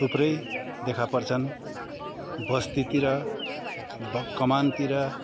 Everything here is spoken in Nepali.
थुप्रै देखा पर्छन् बस्तीतिर बग कमानतिर